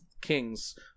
Kings